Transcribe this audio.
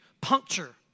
puncture